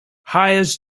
hires